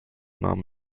nahm